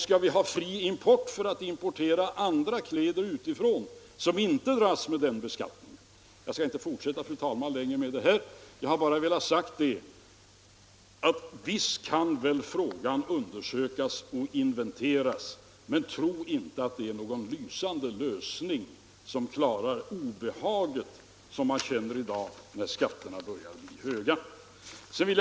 Skall vi ha fri import och få in kläder utifrån som inte dras med denna beskattning? Jag skall inte fortsätta längre, fru talman, med denna uppräkning. Jag har bara velat säga att möjligheterna visst skall inventeras och undersökas men att man inte skall tro att det är någon lysande lösning, varigenom vi kan undvika det obehag som i dag råder när skatterna börjar bli höga.